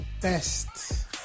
best